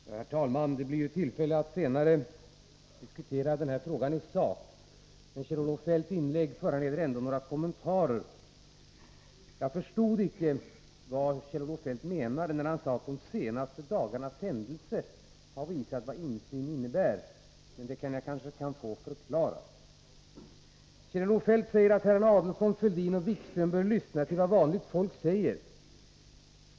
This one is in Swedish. Herr talman! Det blir tillfälle att senare diskutera frågan i sak, men Kjell-Olof Feldts inlägg föranleder några kommentarer. Jag förstod icke vad Kjell-Olof Feldt menade när han sade att de senaste dagarnas händelser har visat vad insyn innebär. Det kanske jag kan få förklarat. Kjell-Olof Feldt säger att herrarna Adelsohn, Fälldin och Wikström bör lyssna till vad vanligt folk säger.